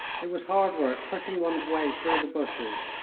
it was hard work pushing one's way through the bushes,